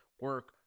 Work